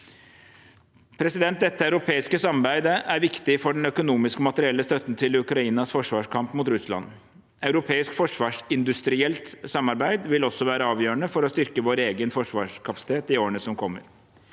Dette europeiske samarbeidet er viktig for den økonomiske og materielle støtten til Ukrainas forsvarskamp mot Russland. Europeisk forsvarsindustrielt samarbeid vil også være avgjørende for å styrke vår egen forsvarskapasitet i årene som kommer.